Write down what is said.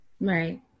right